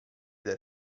del